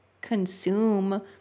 consume